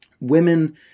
Women